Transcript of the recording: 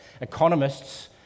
Economists